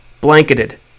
Blanketed